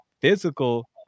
physical